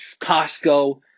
Costco